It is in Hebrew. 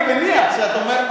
אני מניח שאתה,